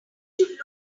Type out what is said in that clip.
should